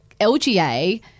LGA